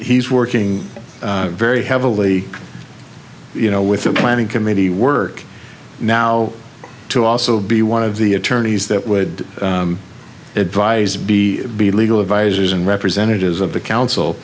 he's working very heavily you know with the planning committee work now to also be one of the attorneys that would advise be be legal advisors and representatives of the council